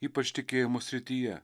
ypač tikėjimo srityje